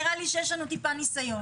נראה לי שיש לנו טיפה ניסיון.